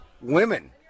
women